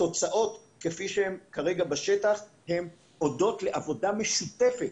התוצאות כפי שהן כרגע בשטח הן הודות לעבודה משותפת